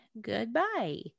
goodbye